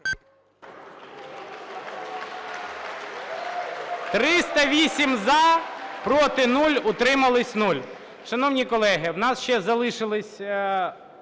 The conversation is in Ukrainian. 308 – за, проти – 0, утрималось – 0. Шановні колеги, у нас ще залишились